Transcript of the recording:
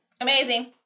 Amazing